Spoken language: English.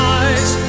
eyes